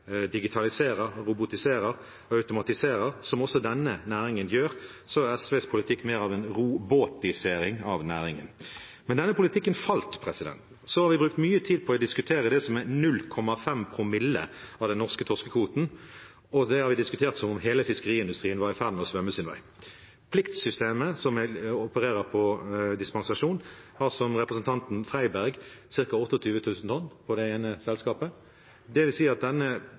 digitaliserer, robotiserer og automatiserer, som også denne næringen gjør, så er SVs politikk mer en «robåtisering» av næringen. Men denne politikken falt. Så har vi brukt mye tid på å diskutere det som er 0,5 promille av den norske torskekvoten, og det har vi diskutert som om hele fiskeindustrien var i ferd med å svømme sin vei. Pliktsystemet, som opererer på dispensasjon, har som representanten Freiberg sa, ca. 28 000 tonn for det ene selskapet. Det vil si at